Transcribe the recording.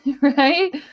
right